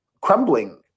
crumbling